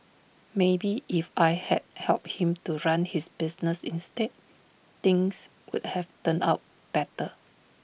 maybe if I had helped him to run his business instead things would have turned out better